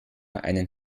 einen